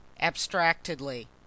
abstractedly